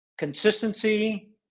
Consistency